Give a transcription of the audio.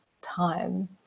time